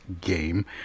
Game